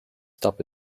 stop